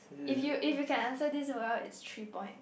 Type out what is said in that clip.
if you if you can answer this well it's three points